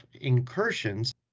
incursions